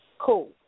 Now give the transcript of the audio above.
Cool